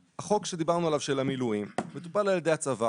החוק שדיברנו עליו של המילואים מטופל על ידי הצבא.